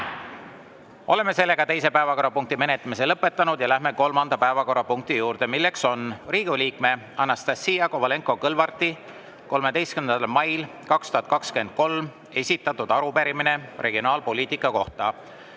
Oleme teise päevakorrapunkti menetlemise lõpetanud. Läheme kolmanda päevakorrapunkti juurde, milleks on Riigikogu liikme Anastassia Kovalenko-Kõlvarti 13. mail 2023 esitatud arupärimine regionaalpoliitika kohta